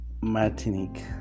Martinique